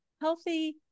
healthy